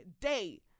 day